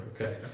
Okay